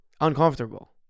Uncomfortable